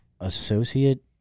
associate